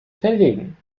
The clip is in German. verlegen